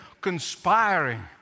conspiring